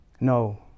no